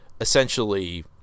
essentially